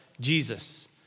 Jesus